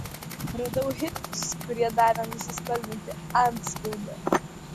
radau hipius kurie davė nusispalvinti antspaudą